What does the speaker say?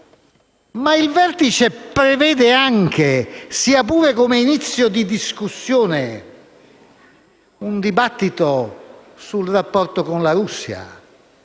Il vertice prevede anche, sia pure come inizio di discussione, un dibattito sul rapporto con la Russia.